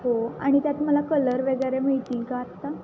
हो आणि त्यात मला कलर वगैरे मिळतील का आत्ता